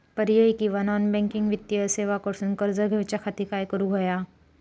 पर्यायी किंवा non banking वित्तीय सेवा कडसून कर्ज घेऊच्या खाती काय करुक होया?